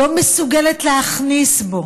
לא מסוגלת להכניס בו